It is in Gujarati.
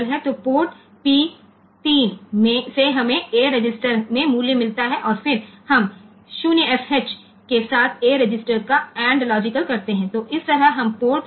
તેથી P3 પોર્ટ પરથી આપણને રજિસ્ટર માં મૂલ્ય મળે છે અને પછી આપણે 0fh સાથે લોજિકલ a મળે છે તે રીતે આપણે અહીંની જેમ પોર્ટ 3 માંથી સામગ્રી મેળવી શકીએ છીએ